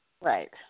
Right